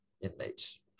inmates